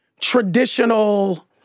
traditional